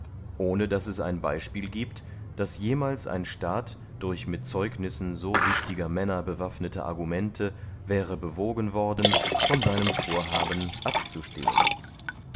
ohne daß es ein beyspiel giebt daß jemals ein staat durch mit zeugnissen so wichtiger männer bewaffnete argumente wäre bewogen worden von seinem vorhaben abzustehen